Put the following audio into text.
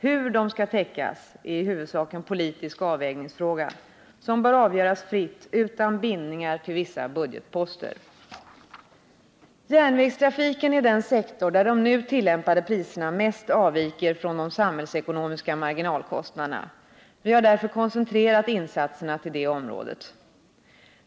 Hur de skall täckas är i huvudsak en politisk avvägningsfråga, som bör avgöras fritt utan bindningar till vissa budgetposter. Järnvägstrafiken är den sektor där de nu tillämpade priserna mest avviker från de samhällsekonomiska marginalkostnaderna. Vi har därför koncentrerat insatserna till det området.